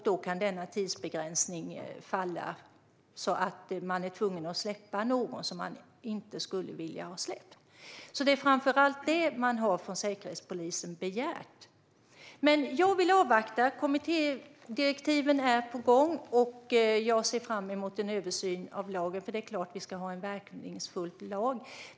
Då kan denna tidsbegränsning falla så att man är tvungen att släppa någon som man inte skulle vilja ha släppt. Det är framför allt detta som Säkerhetspolisen har begärt. Jag vill avvakta. Kommittédirektiven är på gång, och jag ser fram emot en översyn av lagen. Det är klart att vi ska ha en verkningsfull lag.